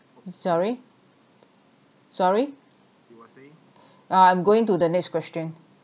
sorry sorry ah I'm going to the next question